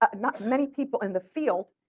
ah not many people in the field,